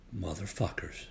Motherfuckers